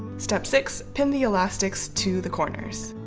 step six. pin the elastics to the corners.